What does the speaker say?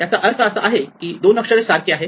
याचा अर्थ असा आहे की 2 अक्षरे सारखी आहे